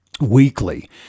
weekly